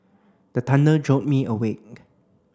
the thunder jolt me awake